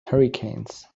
hurricanes